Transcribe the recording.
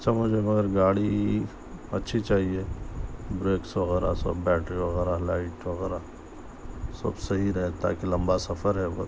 سمجھ رہے مگر گاڑی اچھی چاہیے بریکس وغیرہ سب بیٹری وغیرہ لائٹ وغیرہ سب صحیح رہتا ہے کہ لمبا سفر ہے بہت